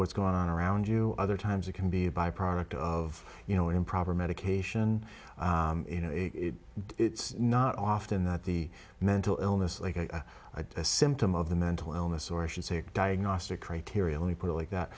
what's going on around you other times it can be a byproduct of you know improper medication you know it's not often that the mental illness like a symptom of the mental illness or should say a diagnostic criteria we put it like that